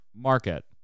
market